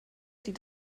die